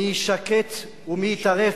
מי יישקט ומי ייטרף.